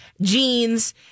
jeans